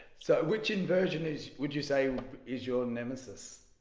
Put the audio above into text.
so which inversion is would you say is your nemesis?